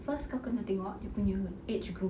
first kau kena tengok dia punya age group